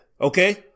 okay